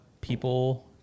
people